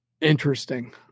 Interesting